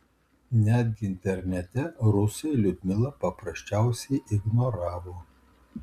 netgi internete rusai liudmilą paprasčiausiai ignoravo